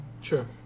Sure